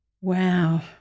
Wow